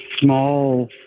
small